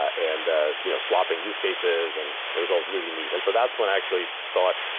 and ah you know swapping use cases. and it was all really neat. and so that's when i actually thought